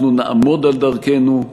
אנחנו נעמוד על דרכנו,